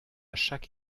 chaque